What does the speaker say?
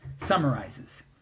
summarizes